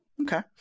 Okay